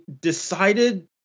decided